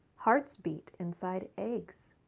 hearts beat inside eggs.